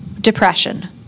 depression